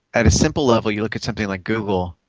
at a simple level you look at something like google,